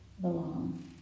belong